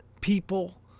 people